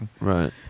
Right